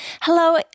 Hello